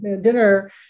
dinner